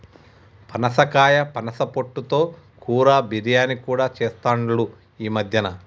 పనసకాయ పనస పొట్టు తో కూర, బిర్యానీ కూడా చెస్తాండ్లు ఈ మద్యన